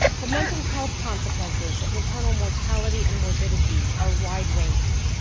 the mental health consequences of maternal mortality and morbidity are wide-ranging.